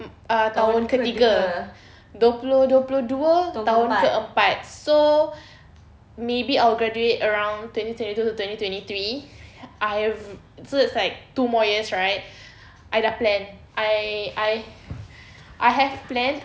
mm uh tahun ketiga dua puluh dua puluh dua tahun keempat so maybe I'll graduate around twenty twenty two to twenty twenty three I've so it's like two more years right I dah plan I I I have planned